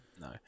No